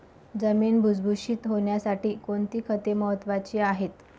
जमीन भुसभुशीत होण्यासाठी कोणती खते महत्वाची आहेत?